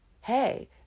hey